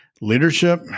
leadership